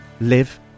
live